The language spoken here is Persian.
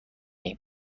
ایم